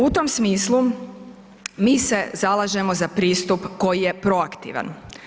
U tom smislu, mi se zalažemo za pristup koji je proaktivan.